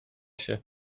się